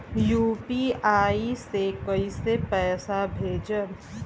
UPI से कईसे पैसा भेजब?